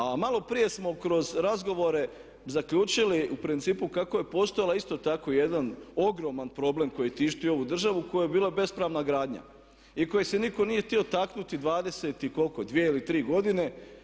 A malo prije smo kroz razgovore zaključili u principu kako je postojala isto tako jedan ogroman problem koji tišti ovu državu koja je bila bespravna gradnja i u kojoj se nitko nije htio taknuti 20 i koliko, 22 ili 23 godine.